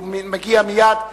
הוא מגיע מייד.